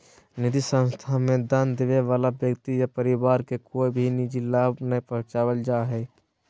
निधि संस्था मे दान देबे वला व्यक्ति या परिवार के कोय भी निजी लाभ नय पहुँचावल जा हय